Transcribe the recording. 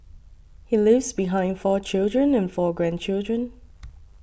he leaves behind four children and four grandchildren